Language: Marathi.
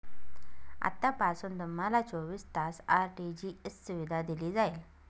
आतापासून तुम्हाला चोवीस तास आर.टी.जी.एस सुविधा दिली जाईल